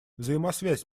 взаимосвязь